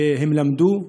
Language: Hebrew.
והם למדו,